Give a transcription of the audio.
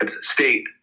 State